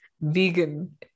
vegan